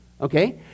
okay